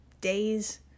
days